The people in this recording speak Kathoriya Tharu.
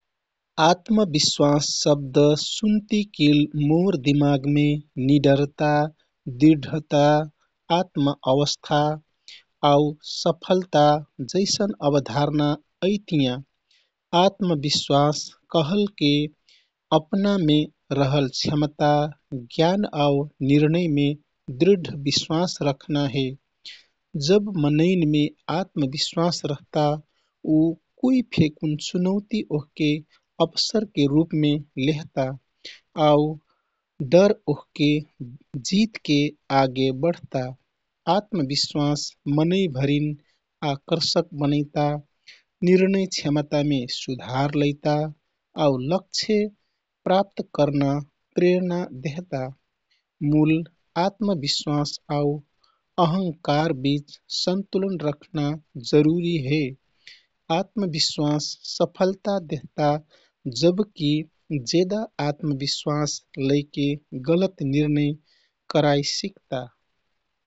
"आत्मविश्वास" शब्द सुन्तिकिल मोर दिमागमे निडरता, दृढता, आत्म-अवस्था, आउ सफलता जैसन अवधारणा अइतियाँ। आत्मविश्वास कहलके अपनामे रहल क्षमता, ज्ञान आउ निर्णयमे दृढ विश्वास रख्ना हे। जब मनैनमे आत्मविश्वास रहता, उ कुइ फेकुन चुनौति ओहके अवसरके रूपमे लेहता आउ डर ओहके जीतके आगे बढता। आत्मविश्वास मनै भरिन आकर्षक बनैता, निर्णय क्षमतामे सुधार लैता, आउ लक्ष्य प्राप्त करना प्रेरणा देहता। मूल आत्मविश्वास आउ अहंकारबीच सन्तुलन रख्ना जरूरी हे। आत्मविश्वास सफलता देहता, जबकि जेदा आत्मविश्वास लैके गलत निर्णय कराइ सिकता।